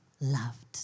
loved